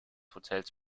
hotels